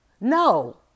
No